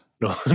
No